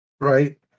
Right